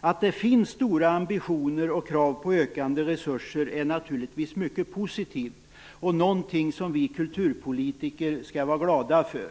Att det finns stora ambitioner och krav på ökande resurser är naturligtvis mycket positivt och något som vi kulturpolitiker skall vara glada för.